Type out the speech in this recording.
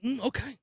Okay